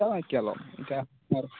ইটা